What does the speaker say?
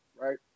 right